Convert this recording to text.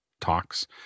talks